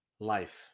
life